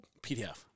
PDF